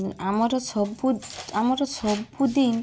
ଆମର ସବୁ ଆମର ସବୁ ଦିନ